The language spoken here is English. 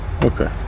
okay